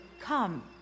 come